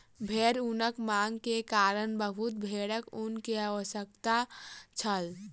भेड़ ऊनक मांग के कारण बहुत भेड़क ऊन के आवश्यकता छल